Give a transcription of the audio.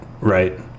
Right